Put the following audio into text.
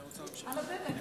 נאור שירי,